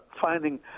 finding